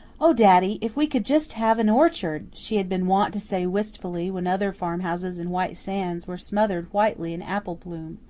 oh, daddy, if we could just have an orchard! she had been wont to say wistfully, when other farmhouses in white sands were smothered whitely in apple bloom.